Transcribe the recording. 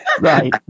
Right